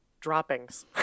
droppings